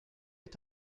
est